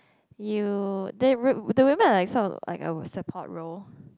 you the wo~ the women are like sort of like a support role